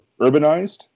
urbanized